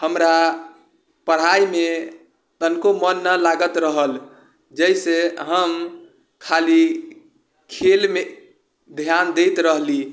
हमरा पढ़ाइमे तनको मन नहि लागत रहल जैसे हम खाली खेलमे ध्यान दैत रहली